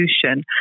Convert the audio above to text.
solution